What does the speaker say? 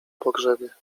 pogrzebie